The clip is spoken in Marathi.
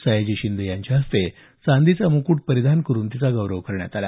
सयाजी शिंदे यांच्या हस्ते चांदीचा मुकूट परिधान करून तिचा गौरव करण्यात आला